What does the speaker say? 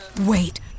wait